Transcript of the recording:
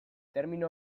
termino